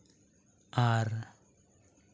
ᱟᱨ